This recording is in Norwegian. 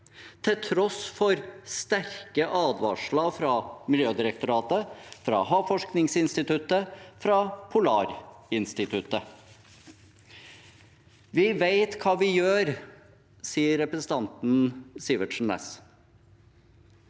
til tross for sterke advarsler fra Miljødirektoratet, fra Havforskningsinstituttet og fra Polarinstituttet. Vi vet hva vi gjør, sier representanten Sivertsen Næss.